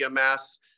EMS